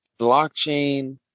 Blockchain